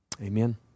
Amen